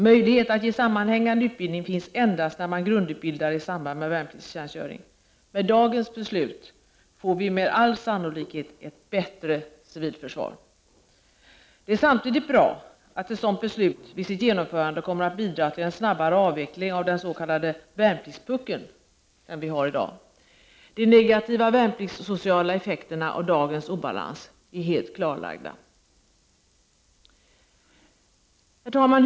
Möjlighet att ge sammanhängande utbildning finns endast när man grundutbildar i samband med värnpliktstjänstgöring. Med dagens beslut får vi med all sannolikhet ett bättre civilförsvar. Det är samtidigt bra att ett sådant beslut vid sitt genomförande kommer att bidra till en snabbare avveckling av den s.k. värnpliktspuckel vi har i dag. De negativa värnpliktssociala effekterna av dagens obalans är helt klarlagda. Herr talman!